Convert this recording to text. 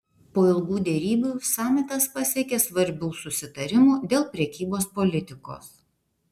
po ilgų derybų samitas pasiekė svarbių susitarimų dėl prekybos politikos